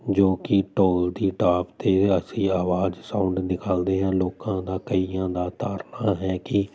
ਜੋ ਕਿ ਢੋਲ ਦੀ ਟਾਪ 'ਤੇ ਅਸੀਂ ਆਵਾਜ਼ ਸਾਊਂਡ ਦਿਖਾਂਉਦੇ ਹਾਂ ਲੋਕਾਂ ਦਾ ਕਈਆਂ ਦਾ ਧਾਰਨਾ ਹੈ ਕਿ